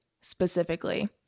specifically